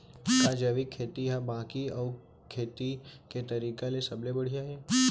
का जैविक खेती हा बाकी अऊ खेती के तरीका ले सबले बढ़िया हे?